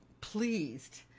pleased